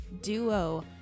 duo